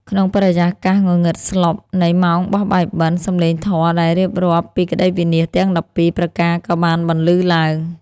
ក្នុងបរិយាកាសងងឹតស្លុបនៃម៉ោងបោះបាយបិណ្ឌ សម្លេងធម៌ដែលរៀបរាប់ពីក្ដីវិនាសទាំង ១២ ប្រការក៏បានបន្លឺឡើង។